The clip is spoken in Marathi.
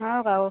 हं गं हो